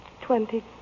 Twenty